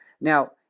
now